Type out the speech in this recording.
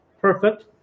perfect